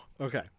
okay